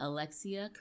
Alexia